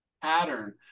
pattern